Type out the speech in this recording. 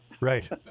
Right